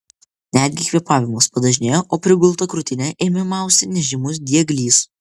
netgi kvėpavimas padažnėjo o prigultą krūtinę ėmė mausti nežymus dieglys